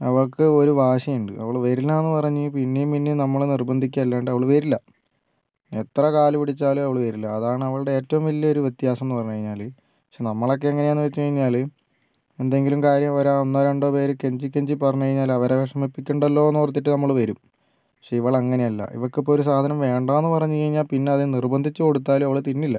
അവൾക്ക് ഒരു വാശിയുണ്ട് അവള് വരില്ലാന്ന് പറഞ്ഞ് പിന്നേയും പിന്നേയും നമ്മള് നിർബന്ധിക്കല്ലാണ്ട് അവള് വരില്ല എത്ര കാലുപിടിച്ചാലും അവള് വരില്ല അതാണ് അവളുടെ ഏറ്റവും വലിയൊരു വ്യത്യാസം എന്നുപറഞ്ഞുകഴിഞ്ഞാല് പക്ഷേ നമ്മളൊക്കെ എങ്ങനെയാന്ന് വെച്ചുകഴിഞ്ഞാല് എന്തെങ്കിലും കാര്യം ഒരു ഒന്നോ രണ്ടോ പേര് കെഞ്ചി കെഞ്ചി പറഞ്ഞുകഴിഞ്ഞാല് അവരെ വിഷമിപ്പിക്കണ്ടല്ലോ എന്നോർത്തിട്ട് നമ്മള് വരും പക്ഷേ ഇവൾ അങ്ങനെയല്ല ഇവൾക്കിപ്പോൾ ഒരു സാധനം വേണ്ടാന്ന് പറഞ്ഞു കഴിഞ്ഞാൽ പിന്നെ അത് നിർബന്ധിച്ച് കൊടുത്താലും അവള് തിന്നില്ല